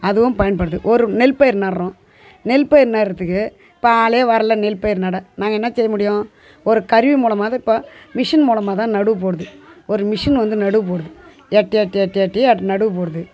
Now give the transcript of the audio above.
அதுவும் பயன்படுது ஒரு நெல் பயிர் நடுறோம் நெல் பயிர் நடுறதுக்கு இப்போ ஆளே வரல நெல் பயிர் நட நாங்கள் என்ன செய்ய முடியும் ஒரு கருவி மூலமாகதான் இப்போது மிஷின் மூலமாகதான் நடவு போடுது ஒரு மிஷின் வந்து நடவு போடுது எட்ட எட்ட எட்டையாக நடவு போடுது